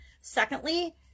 secondly